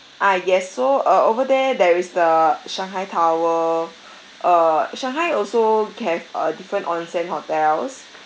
ah yes so uh over there there is the shanghai tower err shanghai also have a different onsen hotels